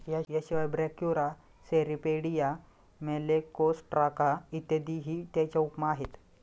याशिवाय Brachyura, Cirripedia, Malacostraca इत्यादीही त्याच्या उपमा आहेत